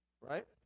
right